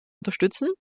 unterstützen